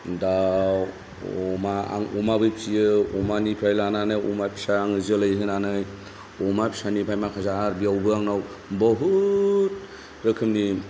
दाउ अमा आं अमाबो फिसियो अमानिफ्राय लानानै अमा फिसा आङो जोलै होनानै अमा फिसानिफ्राय माखासे आरो बियावबो आंनाव बहुद रोखोमनि